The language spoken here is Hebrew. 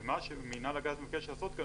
ומה שמינהל הגז מבקש לעשות כאן,